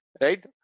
right